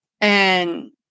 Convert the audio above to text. And-